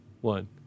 one